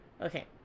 Okay